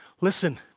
Listen